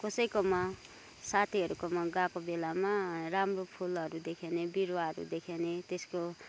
कसैकोमा साथीहरूकोमा गएको बेलामा राम्रो फुलहरू देखेँ भने बिरुवाहरू देखेँ भने त्यसको